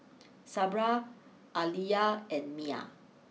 Sabra Aaliyah and Miah